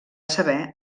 saber